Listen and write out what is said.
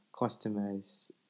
customers